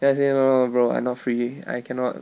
then I say no no no bro I not free I cannot